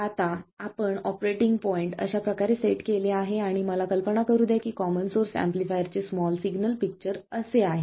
आता आपण operating point अशा प्रकारे सेट केले आहे आणि मला कल्पना करू द्या की कॉमन सोर्स एम्पलीफायर चे स्मॉल सिग्नल पिक्चर असे आहे